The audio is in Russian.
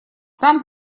там